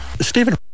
Stephen